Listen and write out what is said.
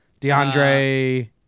DeAndre